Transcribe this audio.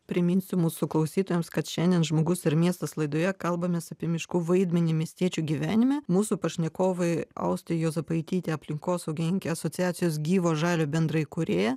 priminsiu mūsų klausytojams kad šiandien žmogus ir miestas laidoje kalbamės apie miškų vaidmenį miestiečių gyvenime mūsų pašnekovai austė juozapaitytė aplinkosaugininkė asociacijos gyvo žalio bendraįkūrėja